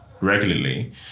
regularly